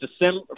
December